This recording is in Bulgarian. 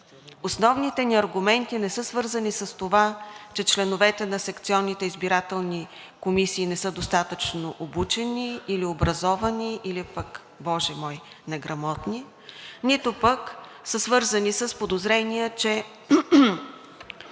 Основните ни аргументи не са свързани с това, че членовете на секционните избирателни комисии не са достатъчно обучени или образовани, или пък, боже мой, неграмотни, нито пък са свързани с подозрения, че